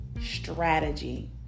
strategy